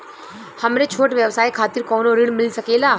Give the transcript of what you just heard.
हमरे छोट व्यवसाय खातिर कौनो ऋण मिल सकेला?